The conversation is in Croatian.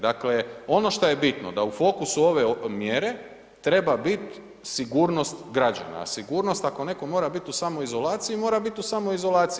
Dakle, ono što je bitno da u fokusu ove mjere treba biti sigurnost građana, a sigurnost ako netko mora biti u samoizolaciji, mora biti u samoizolaciji.